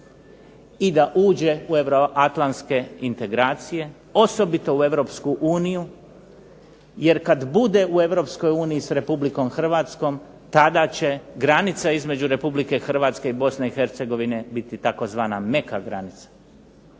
i da uđe u euroatlantske integracije, osobito u Europsku uniju jer kad bude u Europskoj uniji s Republikom Hrvatskom tada će granica između Republike Hrvatske i Bosne i Hercegovine biti tzv. meka granica.